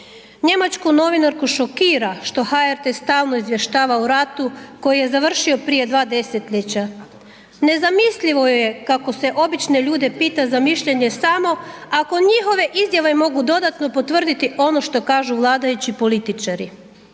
Njemačku novinarku šokira što HRT stalno izvještava o ratu koji je završio prije dva desetljeća. Nezamislivo je kako se obične ljude pita za mišljenje samo ako njihove izjave mogu dodatno potvrditi ono što kažu vladajući i političari.